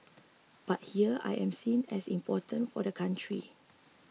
but here I am seen as important for the country